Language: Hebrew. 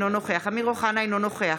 אינו נוכח